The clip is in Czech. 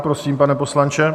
Prosím, pane poslanče.